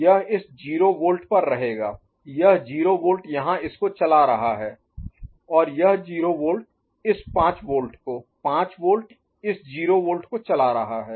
यह इस 0 वोल्ट पर रहेगा यह 0 वोल्ट यहाँ इसको चला रहा है और यह 0 वोल्ट इस 5 वोल्ट को 5 वोल्ट इस 0 वोल्ट को चला रहा है